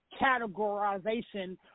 categorization